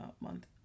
month